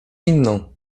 inną